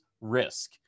risk